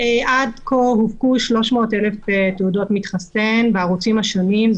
עד כה הופקו 300,000 תעודות מתחסן בערוצים השונים.